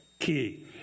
key